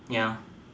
ya